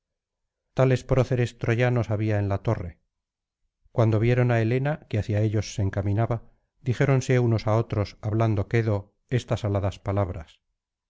tales proceres troyanos había en la torre cuando vieron á helena que hacia ellos se encaminaba dijéronse unos á otros hablando quedo estas aladas palabras